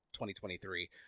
2023